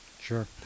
Sure